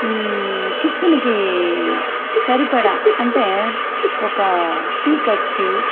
కిచెన్కి సరిపడా అంటే ఒక టీ కప్స్